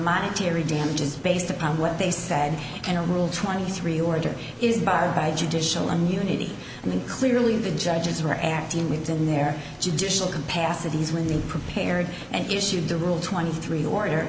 monetary damages based upon what they said in a rule twenty three order is barred by judicial immunity and then clearly the judges are acting within their judicial capacities with the prepared and issued the rule twenty three order